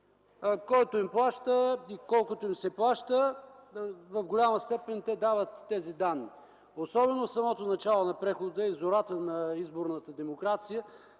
който им плаща и колкото им се плаща, в голяма степен те дават тези данни. Особено в самото начало на прехода и в зората на изборната демокрация